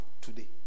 today